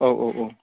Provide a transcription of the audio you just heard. औ औ औ